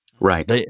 Right